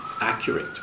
accurate